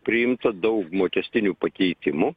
priimta daug mokestinių pakeitimų